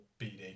BD